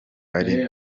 ari